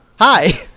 hi